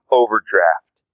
overdraft